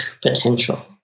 potential